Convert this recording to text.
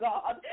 God